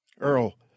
Earl